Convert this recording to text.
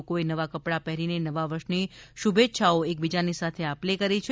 લોકોએ નવા કપડ પહેરીને નવા વર્ષની શુભેચ્છાઓની એકબીજા સાથે આપ લે કરી હતી